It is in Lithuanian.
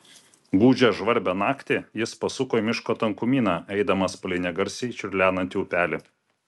gūdžią žvarbią naktį jis pasuko į miško tankumyną eidamas palei negarsiai čiurlenantį upelį